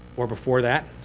or before that,